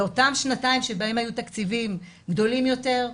באותן שנתיים שבהן היו תקציבים גדולים יותר,